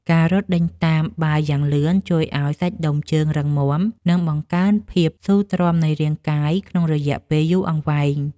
ការរត់ដេញតាមបាល់យ៉ាងលឿនជួយឱ្យសាច់ដុំជើងរឹងមាំ និងបង្កើនភាពស៊ូទ្រាំនៃរាងកាយក្នុងរយៈពេលយូរអង្វែង។